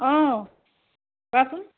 অঁ কোৱাচোন